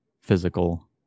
physical